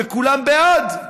כולם בעד.